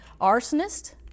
arsonist